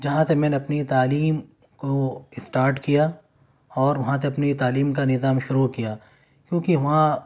جہاں سے میں نے اپنی تعلیم کو اسٹارٹ کیا اور وہاں سے اپنی تعلیم کا نظام شروع کیا کیونکہ وہاں